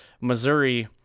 missouri